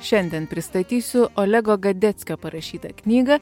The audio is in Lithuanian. šiandien pristatysiu olego gadeckio parašytą knygą